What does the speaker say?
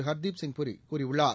ஹர்தீப் சிங் பூரி கூறியுள்ளார்